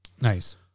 Nice